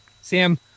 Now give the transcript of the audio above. Sam